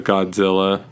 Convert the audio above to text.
Godzilla